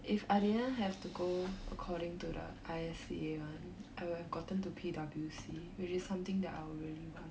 if I didn't have to go according to the I_S_C_A one I would have gotten to P_W_C which is something that I would really want